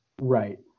Right